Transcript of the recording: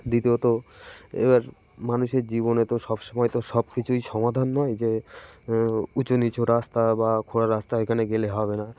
দ্বিতীয়ত এবার মানুষের জীবনে তো সব সময় তো সব কিছুই সমাধান নয় যে উঁচু নিচু রাস্তা বা খোঁড়া রাস্তা ওইখানে গেলে হবে না